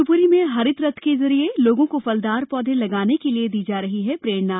शिवपुरी में हरित रथ के जरिए लोगों को फलदार पौधे लगाने के लिये दी जा रही है प्रेरणा